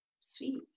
Sweet